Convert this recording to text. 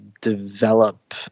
develop